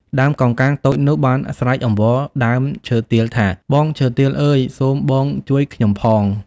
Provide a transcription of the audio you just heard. ដើមកោងកាងតូចនោះបានស្រែកអង្វរដើមឈើទាលថា បងឈើទាលអើយ! សូមបងជួយខ្ញុំផង។